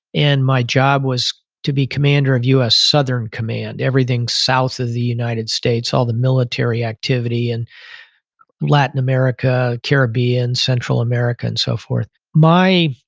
and my job was to be commander of the us southern command. everything south of the united states, all the military activity, and latin america, caribbean, central america and so forth. my